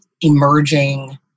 emerging